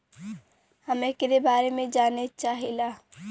हम एकरे बारे मे जाने चाहीला?